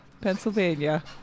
Pennsylvania